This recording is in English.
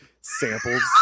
samples